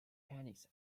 panics